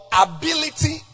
ability